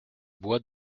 bois